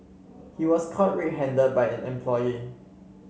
he was caught red handed by an employee